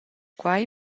quei